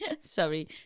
Sorry